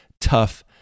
tough